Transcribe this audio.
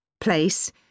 Place